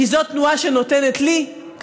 כי זו תנועה שנותנת גם לי כנפיים.